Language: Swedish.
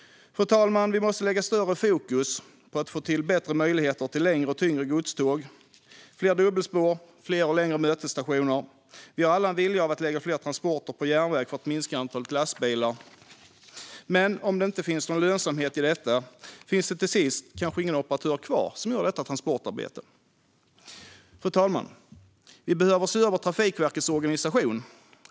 Fru talman! Vi måste lägga större fokus på att få till bättre möjligheter för längre och tyngre godståg, fler dubbelspår och fler och längre mötesstationer. Vi har alla en vilja att lägga fler transporter på järnväg för att minska antalet lastbilar. Men om det inte finns någon lönsamhet i det finns det kanske till sist ingen operatör kvar som gör detta transportarbete. Fru talman! Vi behöver se över Trafikverkets organisation.